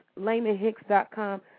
LaymanHicks.com